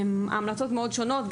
ההמלצות מאוד שונות,